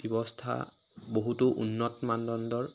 ব্যৱস্থা বহুতো উন্নত মানদণ্ডৰ